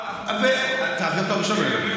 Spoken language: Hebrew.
כשתהיו איתנו,